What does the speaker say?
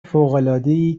فوقالعادهای